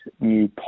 new